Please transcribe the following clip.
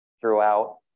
throughout